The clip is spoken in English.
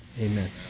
amen